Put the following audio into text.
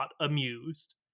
amused